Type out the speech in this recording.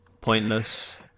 Pointless